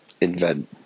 invent